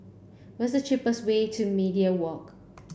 what's the cheapest way to Media Walk